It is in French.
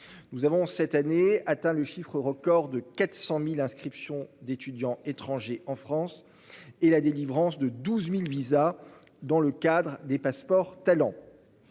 Nous avons cette année atteint le chiffre record de 400.000 inscriptions d'étudiants étrangers en France et la délivrance de 12.000 visas dans le cadre des passeports talent.